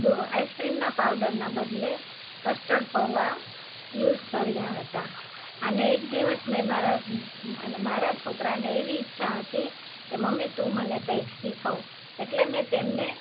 આઈસ્ક્રીમના પાવડરના બદલે કસ્ટર્ડ પૌંઆ યુઝ કર્યાં હતાં અને એક દિવસ મેં મારા મારા છોકરાને એવી ઈચ્છા હતી કે મમ્મી તું મને કંઈક શીખવ એટલે મેં તેમને